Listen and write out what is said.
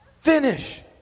finish